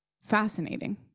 Fascinating